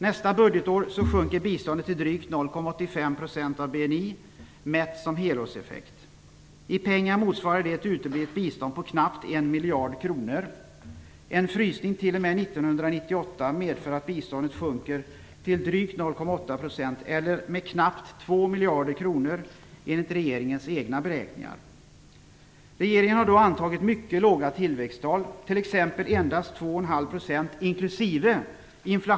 Nästa budgetår sjunker biståndet till drygt 0,85 % av BNI mätt som helårseffekt. I pengar motsvarar det ett uteblivet bistånd på knappt 1 miljard kronor. En frysning t.o.m. 1998 medför att biståndet sjunker till drygt 0,8 % eller med knappt 2 miljarder kronor enligt regeringens egna beräkningar. Regeringen har då antagit mycket låga tillväxttal, t.ex. endast 2,5 % inkl.